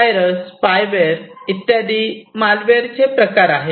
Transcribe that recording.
virus spyware इत्यादी malware चे प्रकार आहेत